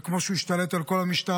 וכמו שהוא השתלט על כל המשטרה,